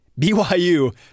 BYU